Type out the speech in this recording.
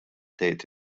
tgħid